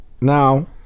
Now